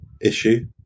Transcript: issue